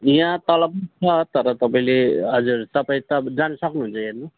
यहाँ तल पनि छ तर तपाईँले हजुर तपाईँ त जानु सक्नुहुन्छ हेर्नु